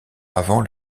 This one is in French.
avant